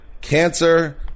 cancer